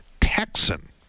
Texan